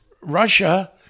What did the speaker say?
Russia